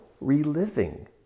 reliving